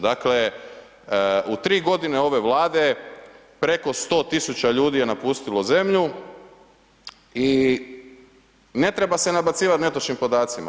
Dakle, u 3 godine ove Vlade preko 100.000 ljudi je napustilo zemlju i ne treba se nabacivati netočnim podacima.